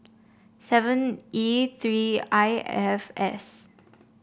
seven E three I F S